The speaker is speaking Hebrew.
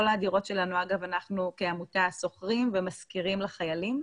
את כל הדירות שלנו אנחנו כעמותה שוכרים ומשכירים לחיילים.